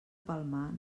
palmar